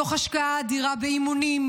תוך השקעה אדירה באימונים,